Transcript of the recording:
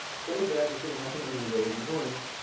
some of that was going to happen anyway, the orange.